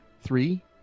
three